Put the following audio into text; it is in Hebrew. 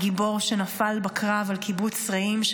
הגיבור שנפל בקרב על קיבוץ רעים,